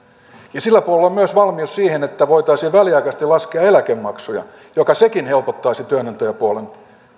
sillä puolella on myös valmius siihen että voitaisiin väliaikaisesti laskea eläkemaksuja mikä sekin helpottaisi työnantajapuolen